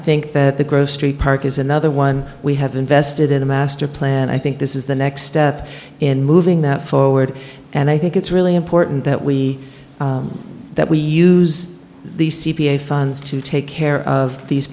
think that the grove street park is another one we have invested in a master plan i think this is the next step in moving that forward and i think it's really important that we that we use the c p a funds to take care of these